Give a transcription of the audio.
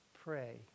pray